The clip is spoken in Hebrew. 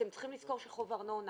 אתם צריכים לזכור שחוב ארנונה